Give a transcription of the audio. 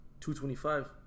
225